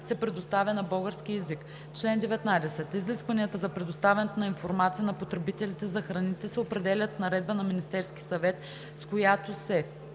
се предоставя на български език. Чл. 19. Изискванията за предоставянето на информация на потребителите за храните се определят с наредба на Министерския съвет, с която се: